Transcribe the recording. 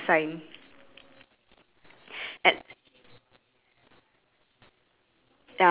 ya y~ you also have a bush right yup then after that next is the fence y~ you have a fence with the goat